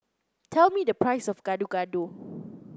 tell me the price of Gado Gado